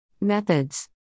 Methods